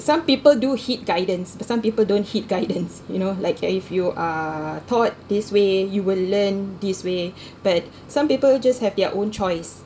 some people do hit guidance but some people don't hit guidance you know like if you are taught this way you will learn this way but some people just have their own choice